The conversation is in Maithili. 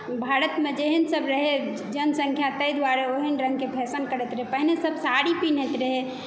भारतमे जेहन सभ रहै जनसंख्या ताहि दुआरे ओहन रङ्गके फैशन करैत रहै पहिने सभ साड़ी पीन्हैत रहै